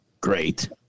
great